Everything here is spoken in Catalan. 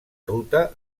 ruta